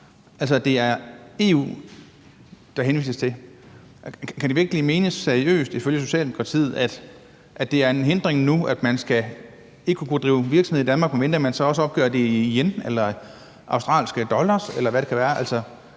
det er EU, der henvises til. Kan det virkelig være seriøst ment, ifølge Socialdemokratiet, at det er en hindring nu, og at man ikke skal kunne drive virksomhed i Danmark, medmindre man så opgør det i yen eller australske dollars, eller hvad det kan være?